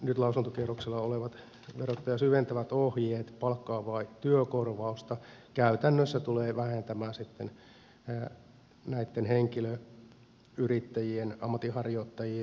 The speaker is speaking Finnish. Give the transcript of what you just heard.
nyt lausuntokierroksella olevat verottajan syventävät ohjeet palkkaa vai työkorvausta käytännössä tulevat vähentämään sitten näitten henkilöyrittäjien ammatinharjoittajien työtilaisuuksia